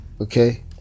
Okay